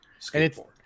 skateboard